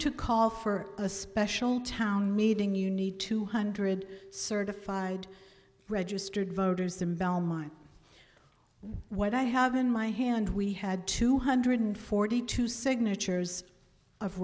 to call for a special town meeting you need two hundred certified registered voters in belmont what i have in my hand we had two hundred forty two signatures of